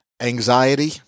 anxiety